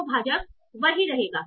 तो भाजक वही रहेगा